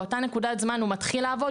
באותה נקודת זמן הוא מתחיל לעבוד,